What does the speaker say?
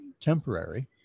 temporary